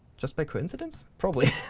just by coincidence? probably.